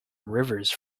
rivers